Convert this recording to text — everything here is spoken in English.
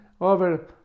over